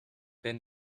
been